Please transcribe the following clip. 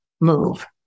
move